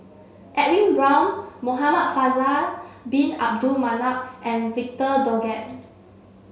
Edwin Brown Muhamad Faisal bin Abdul Manap and Victor Doggett